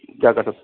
क्या कर सकते हैं